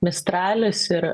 mistralis ir